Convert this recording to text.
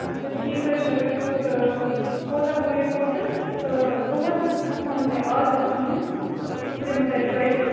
اچھا ٹھیٖک حظ چھُ یہِ ہوٚت کوتاہ گویہِ ٹوٹل تہٕ بہٕ حظ ہیٚکمونہٕ تُہۍ ازدیٚتھ کہیٚنہ بہٕ دِموتۄہہِ دۄیہِ تِرٛ